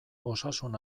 osasun